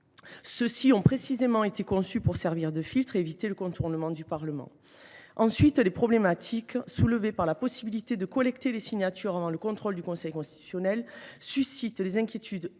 ceux ci ont précisément été conçus pour servir de filtre et éviter le contournement du Parlement. Ensuite, les problématiques soulevées par l’ouverture de la possibilité de collecter les signatures avant le contrôle du Conseil constitutionnel suscitent des inquiétudes